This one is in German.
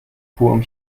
purem